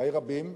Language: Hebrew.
די רבים,